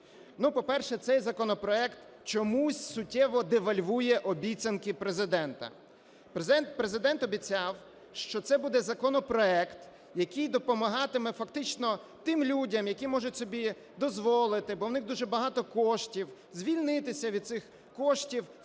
По-перше, цей законопроект чомусь суттєво девальвує обіцянки Президента. Президент обіцяв, що це буде законопроект, який допомагатиме фактично тим людям, які можуть собі дозволити, бо у них дуже багато коштів, звільнитися від цих коштів